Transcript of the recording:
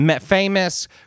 famous